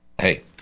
hey